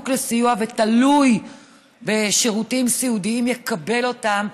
לסיוע ותלוי בשירותים סיעודיים יקבל אותם,